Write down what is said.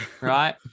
right